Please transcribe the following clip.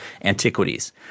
antiquities